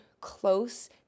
close